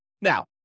Now